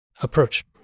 approach